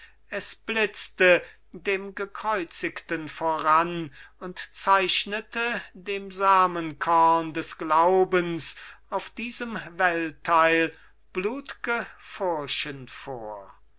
es blitzte dem gekreuzigten voran und zeichnete dem samenkorn des glaubens auf diesem weltteil blutge furchen vor